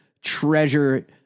treasure